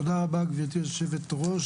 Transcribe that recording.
תודה רבה גבירתי היו"ר.